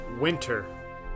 winter